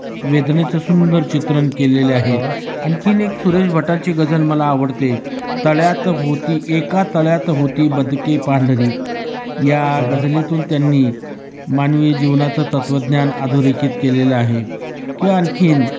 वेदनेचं सुंदर चित्रण केलेलं आहे आणखीन एक सुरेश भटांची गजल मला आवडते तळ्यात होती एका तळ्यात होती बदके पांढरी या गजलेतून त्यांनी मानवीय जीवनाचं तत्वज्ञान अधोरेखित केलेलं आहे किंवा आणखीन